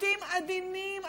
חוטים עדינים,